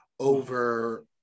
over